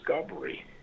discovery